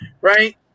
right